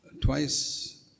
Twice